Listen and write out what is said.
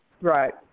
right